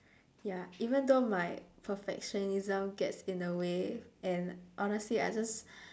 ya even though my perfectionism gets in the way and honestly I just